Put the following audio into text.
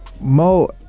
Mo